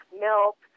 milk